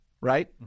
right